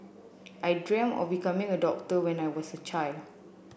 I dreamt of becoming a doctor when I was a child